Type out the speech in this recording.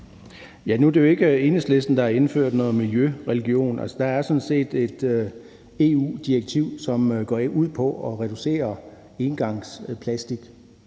Nu er det jo ikke Enhedslisten, der har indført nogen miljøreligion. Der er sådan set et EU-direktiv, som går ud på at reducere engangsplast